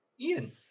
Ian